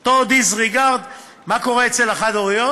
אותו disregard, מה קורה אצל החד-הוריות?